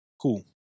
Cool